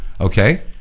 Okay